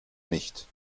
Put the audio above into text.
nicht